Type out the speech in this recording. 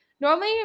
normally